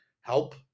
help